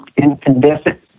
incandescent